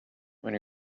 when